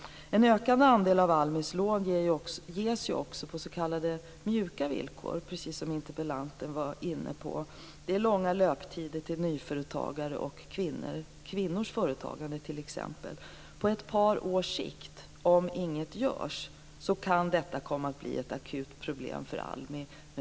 En ökande andel av ALMI:s lån ges också på s.k. mjuka villkor, precis som interpellanten var inne på. Det är långa löptider till exempelvis nyföretagande och kvinnors företagande. På ett par års sikt, om inget görs, kan detta komma att bli ett akut problem för ALMI.